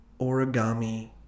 origami